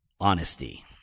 honesty